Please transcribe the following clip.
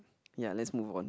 ya let's move on